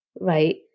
right